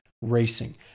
racing